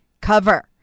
cover